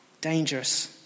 dangerous